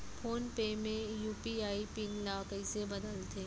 Phone पे म UPI PIN ल कइसे बदलथे?